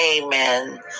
amen